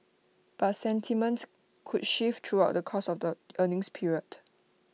but sentiments could shift throughout the course of the earnings period